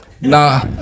Nah